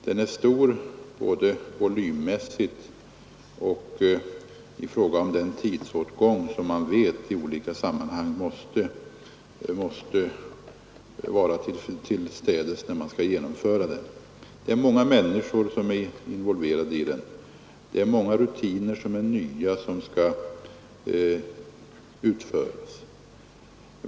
Den är stor både volymmässigt och tidsmässigt. Många människor är involverade i verksamheten med den, många nya rutiner skall utföras.